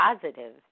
positive